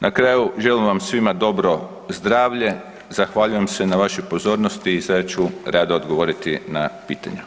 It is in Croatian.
Na kraju, želim vam svima dobro zdravlje, zahvaljujem se na vašoj pozornosti i sad ću rado odgovoriti na pitanja.